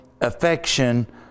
affection